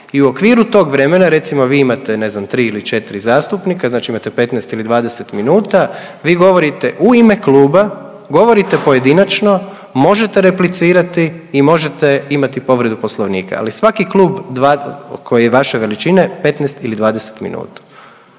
i u okviru tog vremena, recimo, vi imate 3 ili 4 zastupnika, znači imate 15 ili 20 minuta, vi govorite u ime kluba, govorite pojedinačno, možete replicirati i možete imati povredu Poslovnika, ali svaki klub koji je vaše veličine 15 ili 20 minuta